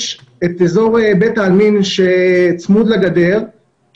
יש את אזור בית העלמין שצמוד לגדר,